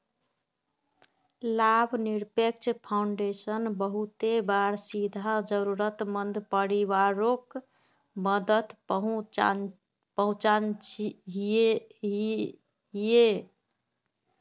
लाभ निरपेक्ष फाउंडेशन बहुते बार सीधा ज़रुरत मंद परिवारोक मदद पहुन्चाहिये